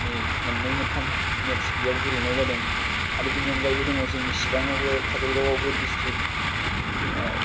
नि मोन्नै मोनथाम मेथ्स बेयाव गेलेनाय जादों आरो बिनि अनगायैबो दङ जोंनि सिरांङावबो काजलगावआवबो डिस्ट्रिक